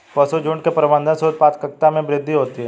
पशुझुण्ड के प्रबंधन से उत्पादकता में वृद्धि होती है